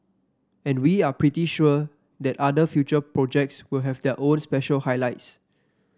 and we are pretty sure that other future projects will have their own special highlights